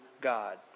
God